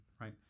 right